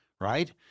Right